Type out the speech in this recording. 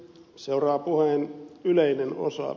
seuraa puheen yleinen osa